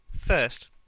First